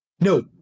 No